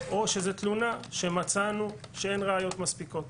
או שזו תלונה שמצאנו שאין ראיות מספיקות.